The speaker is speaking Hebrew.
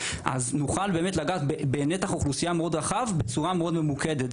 נוכל לגעת בנתח אוכלוסיה מאוד רחב בצורה מאוד ממוקדת.